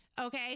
okay